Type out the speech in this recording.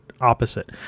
opposite